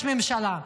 ויש ממשלה.